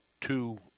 two